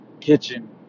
kitchen